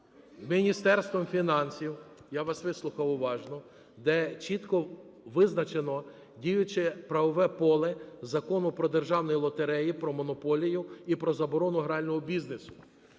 вислухав уважно, де чітко визначено діюче правове поле Закону про державні лотереї, про монополію і про заборону грального бізнесу,